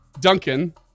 Duncan